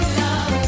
love